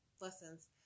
lessons